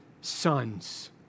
sons